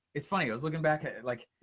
it's funny, i was looking back at like,